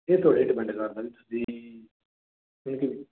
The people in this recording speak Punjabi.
ਇਹ ਤੁਹਾਡੇ ਤੇ ਡੀਪੇੰਡ ਕਰਦਾ